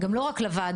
גם לא רק לוועדה,